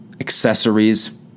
accessories